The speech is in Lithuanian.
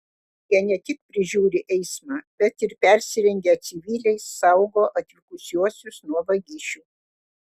jie ne tik prižiūri eismą bet ir persirengę civiliais saugo atvykusiuosius nuo vagišių